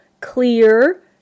clear